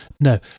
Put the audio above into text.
No